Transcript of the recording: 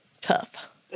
tough